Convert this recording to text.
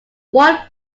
one